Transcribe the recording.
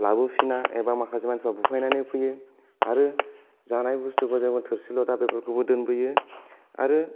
लाबोफिना एबा माखासे मानसिफ्रा बुफायनानै फैयो आरो जानाय बुस्तुखौ जेन'बा थोरसि लथाफोरखौबो दोनबोयो आरो